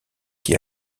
qui